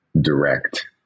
direct